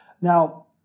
Now